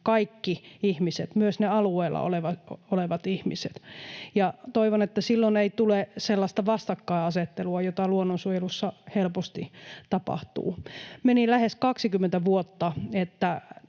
kaikki ihmiset, myös ne alueella olevat ihmiset. Ja toivon, että silloin ei tule sellaista vastakkainasettelua, jota luonnonsuojelussa helposti tapahtuu. Meni lähes 20 vuotta,